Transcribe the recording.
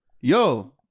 Yo